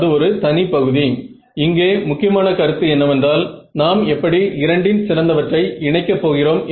நீங்கள் இது முடியப் போவதாக நினைக்கிறீர்கள்